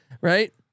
Right